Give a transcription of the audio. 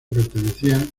pertenecían